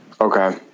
okay